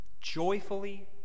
Joyfully